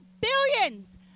billions